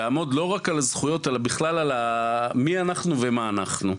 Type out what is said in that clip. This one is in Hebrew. לעמוד לא רק על הזכויות אלא בכלל מי אנחנו ומה אנחנו.